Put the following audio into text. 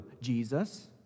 Jesus